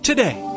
Today